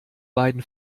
beiden